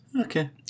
Okay